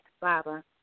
Baba